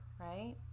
right